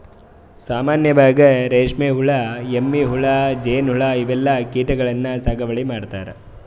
ಸಾಮಾನ್ಯವಾಗ್ ರೇಶ್ಮಿ ಹುಳಾ, ಎಮ್ಮಿ ಹುಳಾ, ಜೇನ್ಹುಳಾ ಇವೆಲ್ಲಾ ಕೀಟಗಳನ್ನ್ ಸಾಗುವಳಿ ಮಾಡ್ತಾರಾ